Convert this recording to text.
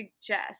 suggest